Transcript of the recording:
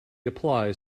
applies